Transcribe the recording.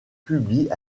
publient